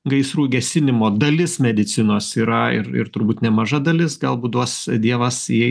gaisrų gesinimo dalis medicinos yra ir ir turbūt nemaža dalis galbūt duos dievas jai